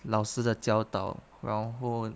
老师的教导然后